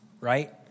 right